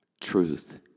Truth